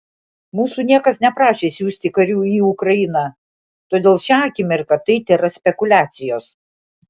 mūsų niekas neprašė siųsti karių į ukrainą todėl šią akimirką tai tėra spekuliacijos